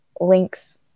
links